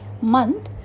month